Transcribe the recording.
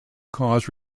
cause